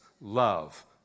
love